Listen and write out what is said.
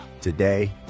Today